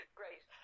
great